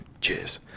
cheers